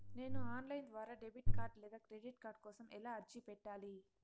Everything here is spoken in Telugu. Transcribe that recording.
నేను ఆన్ లైను ద్వారా డెబిట్ కార్డు లేదా క్రెడిట్ కార్డు కోసం ఎలా అర్జీ పెట్టాలి?